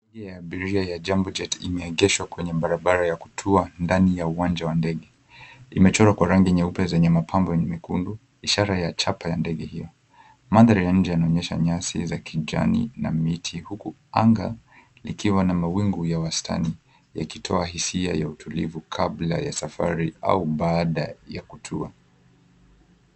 Ndege ya abiria ya Jambo Jet imeegeshwa kwenye barabara ya kutua ndani ya uwanja wa ndege. Imechorwa kwenye rangi nyeupe zenye mapambo mekundu ishara ya chapa ya ndege hiyo. Mandhari ya inje yanaonyesha nyasi za kijani na miti huku anga ikiwa na mawingu ya wastani yakitoa hisia ya utulivu kabla ya safari au baada ya kutua.